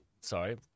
Sorry